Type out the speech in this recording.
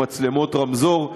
במצלמות רמזור,